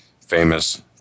famous